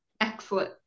Excellent